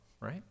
Right